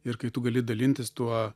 ir kai tu gali dalintis tuo